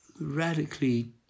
radically